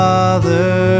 Father